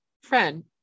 Friend